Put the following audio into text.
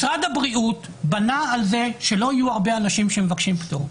משרד הבריאות בנה על זה שלא יהיו הרבה אנשים שמבקשים פטור,